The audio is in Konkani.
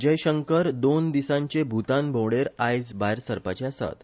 जयशंकर दोन दिसांचे भूतान भोंवडेर आयज भायर सरपाचे आसात